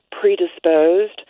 predisposed